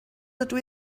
dydw